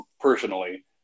personally